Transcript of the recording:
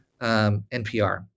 NPR